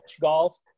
golf